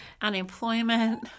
unemployment